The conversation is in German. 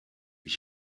ich